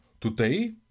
Today